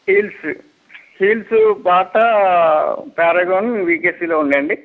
heels heels పాట Paragon విీకెసీలో ఉందండి